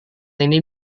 ini